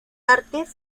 artes